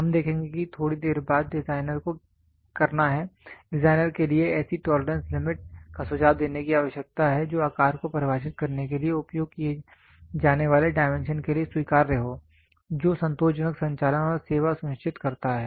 हम देखेंगे कि थोड़ी देर बाद डिज़ाइनर को करना है डिज़ाइनर के लिए ऐसी टोलरेंस लिमिट का सुझाव देने की आवश्यकता है जो आकार को परिभाषित करने के लिए उपयोग किए जाने वाले डायमेंशन के लिए स्वीकार्य है जो संतोषजनक संचालन और सेवा सुनिश्चित करता है